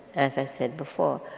as i said before,